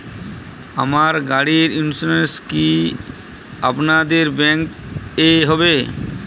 আমার গাড়ির ইন্সুরেন্স কি আপনাদের ব্যাংক এ হবে?